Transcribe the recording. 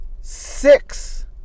Six